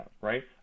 right